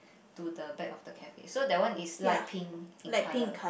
to the back of the cafe so that one is light pink in color